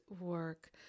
work